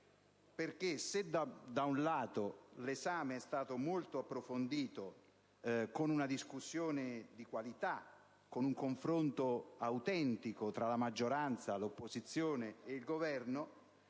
se, da un lato, l'esame è stato molto approfondito, con una discussione di qualità, con un confronto autentico tra la maggioranza, l'opposizione ed il Governo,